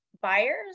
buyers